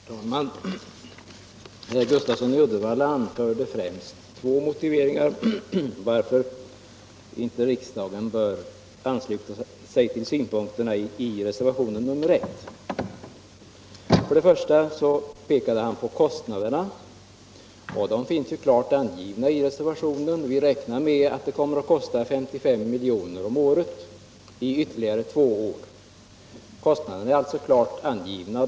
Herr talman! Herr Gustafsson i Uddevalla anförde främst två motiveringar för att riksdagen inte bör ansluta sig till synpunkterna i reservationen 1. För det första pekade han på kostnaderna. De finns emellertid klart angivna i reservationen. Vi räknar med att det kommer att kosta 55 milj.kr. om året i ytterligare två år. Kostnaderna är alltså klart angivna.